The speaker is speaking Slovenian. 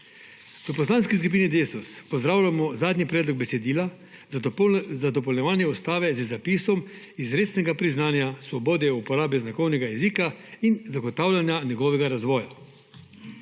V Poslanski skupini Desus pozdravljamo zadnji predlog besedila za dopolnjevanje ustave z zapisom izrecnega priznanja svobode uporabe znakovnega jezika in zagotavljanja njegovega razvoja.